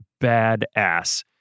badass